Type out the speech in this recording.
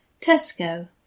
Tesco